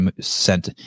sent